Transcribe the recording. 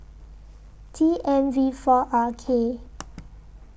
T M V four R K